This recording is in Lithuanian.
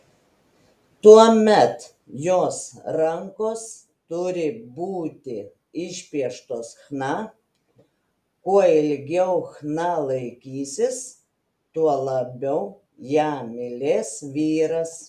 tuomet jos rankos turi būti išpieštos chna kuo ilgiau chna laikysis tuo labiau ją mylės vyras